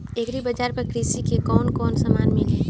Agri बाजार पर कृषि के कवन कवन समान मिली?